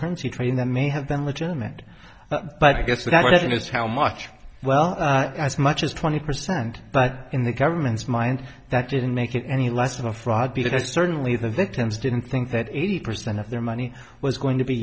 currency trading that may have been legitimate but i guess that is how much well as much as twenty percent but in the government's mind that didn't make it any less of a fraud because certainly the victims didn't think that eighty percent of their money was going to be